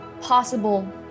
possible